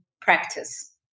practice